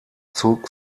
zog